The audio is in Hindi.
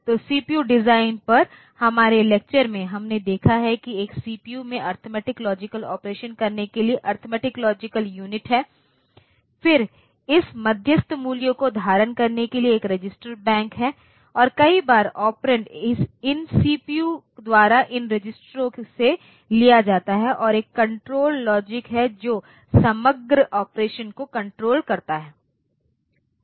तो सीपीयू डिज़ाइन पर हमारे लेक्चर में हमने देखा है कि एक सीपीयू में अरिथमेटिक लॉजिक ऑपरेशन करने के लिए अरिथमेटिक लॉजिक यूनिट है फिर इस मध्यस्थ मूल्यों को धारण करने के लिए एक रजिस्टर बैंक है और कई बार ओपेरंडस इन सीपीयू द्वारा इन रजिस्टरों से लिया जाता है और एक कण्ट्रोल लॉजिक है जो समग्र ऑपरेशन को कण्ट्रोल करता है